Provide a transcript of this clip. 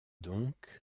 donc